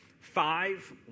five